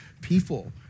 people